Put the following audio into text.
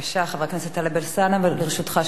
בבקשה, חבר הכנסת טלב אלסאנע, לרשותך שלוש דקות.